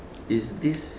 is this